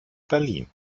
berlin